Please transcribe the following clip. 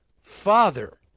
father